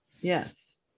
yes